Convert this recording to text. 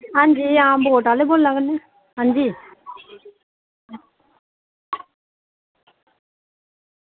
हां जी हां बोट आह्ले बोला करने हां जी